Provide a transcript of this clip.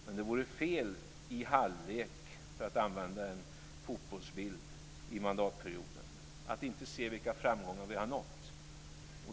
Men det vore fel att i halvlek, för att använda en fotbollsbild, i mandatperioden inte se vilka framgångar vi har nått.